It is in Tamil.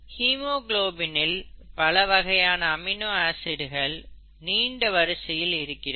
ஹீமோகுளோபினில் பல வகையான அமினோ ஆசிட்டுகள் நீண்ட வரிசையில் இருக்கிறது